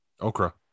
okra